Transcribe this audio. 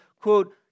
quote